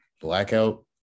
blackout